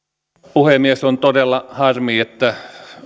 puhemies on todella harmi että